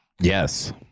Yes